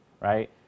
right